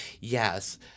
yes